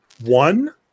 one